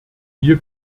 wir